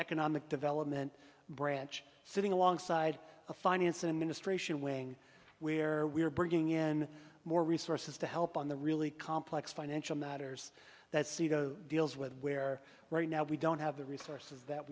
economic development branch sitting alongside a finance and ministration wing where we're bringing in more resources to help on the really complex financial matters that seato deals with where right now we don't have the resources that